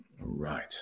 Right